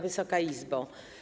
Wysoka Izbo!